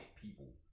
people